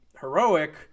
heroic